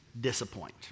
disappoint